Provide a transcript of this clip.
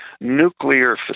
nuclear